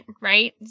right